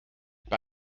bei